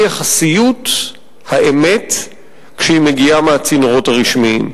יחסיות האמת כשהיא מגיעה מהצינורות הרשמיים.